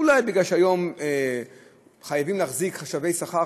אולי כי היום חייבים להחזיק חשבי שכר,